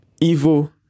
evil